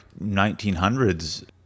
1900s